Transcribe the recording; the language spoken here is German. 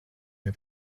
mir